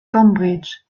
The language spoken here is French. cambridge